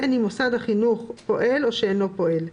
בין אם מוסד החינוך פועל או שאינו פועל,